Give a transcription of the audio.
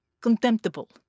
contemptible